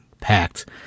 packed